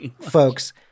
folks